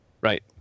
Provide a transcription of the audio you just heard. right